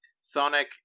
Sonic